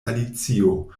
alicio